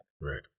Right